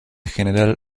general